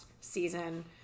season